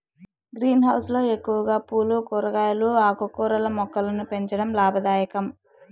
green house లో ఎక్కువగా పూలు, కూరగాయలు, ఆకుకూరల మొక్కలను పెంచడం లాభదాయకం